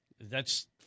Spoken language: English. thats